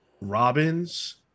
Robins